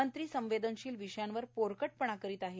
मंत्री संवेदनशील विषयांवर ोरकट णा करीत आहे